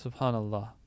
SubhanAllah